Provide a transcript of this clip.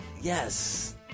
yes